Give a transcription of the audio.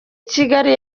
kigali